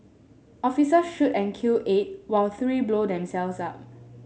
officer shoot and kill eight while three blow themselves up